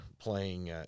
playing